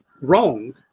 wrong